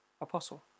apostle